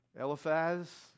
Eliphaz